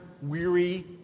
weary